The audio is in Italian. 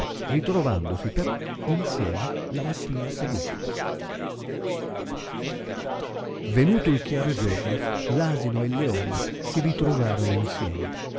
ritrovandosi però insieme la mattina seguente venuto il chiaro giorno l asino e il leone si ritrovarono insieme